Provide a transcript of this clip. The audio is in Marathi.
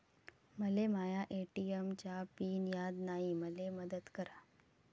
मले माया ए.टी.एम चा पिन याद नायी, मले मदत करा